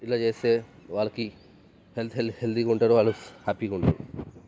ఇట్లా చేస్తే వాళ్ళకి హెల్త్ హెల్త్ హెల్దీగా ఉంటారు వాళ్ళు హ్యాపీగా ఉంటారు